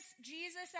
Jesus